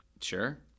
Sure